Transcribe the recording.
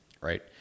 right